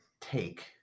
take